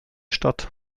statt